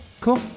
Cool